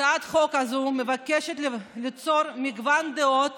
הצעת החוק הזאת מבקשת ליצור מגוון דעות